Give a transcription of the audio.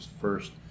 first